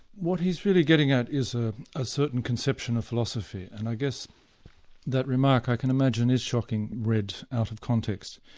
what he is really getting at is ah a certain conception of philosophy and i guess that remark i can imagine is shocking read out of context